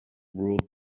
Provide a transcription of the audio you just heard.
ruled